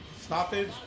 Stoppage